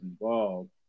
involved